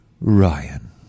Ryan